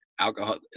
alcohol